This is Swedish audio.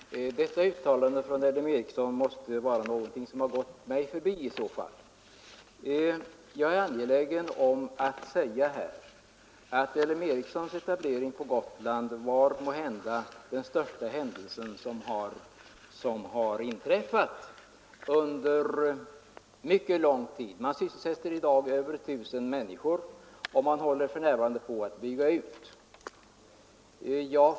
Fru talman! Detta uttalande från L M Ericsson måste vara någonting som gått mig förbi i så fall. Jag är angelägen om att säga att L M Ericssons etablering på Gotland var måhända den största händelsen på mycket lång tid. Man sysselsätter i dag över 1000 människor och håller för närvarande på att bygga ut ytterligare.